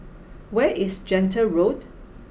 where is Gentle Road